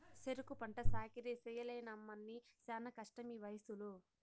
సెరుకు పంట సాకిరీ చెయ్యలేనమ్మన్నీ శానా కష్టమీవయసులో